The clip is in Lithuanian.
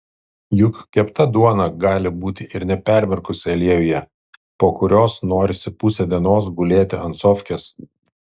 juk kepta duona gali būti ir nepermirkusi aliejuje po kurios norisi pusę dienos gulėti ant sofkės